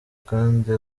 kandi